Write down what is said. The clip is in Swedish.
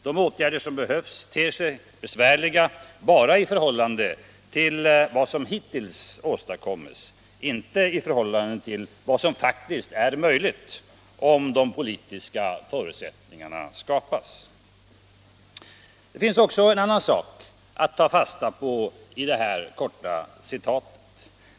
De åtgärder som behövs ter sig besvärliga bara i förhållande till vad som hittills åstadkommits, inte i förhållande till vad som faktiskt är möjligt om de politiska förutsättningarna skapas. Det finns också en annan sak att ta fasta på i citatet.